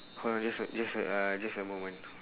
hold on just a just wait uh just a moment